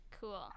cool